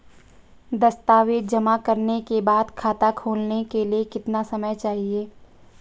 दस्तावेज़ जमा करने के बाद खाता खोलने के लिए कितना समय चाहिए?